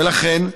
ולכן,